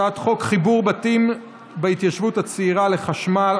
הצעת חוק חיבור בתים בהתיישבות הצעירה לחשמל,